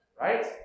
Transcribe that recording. Right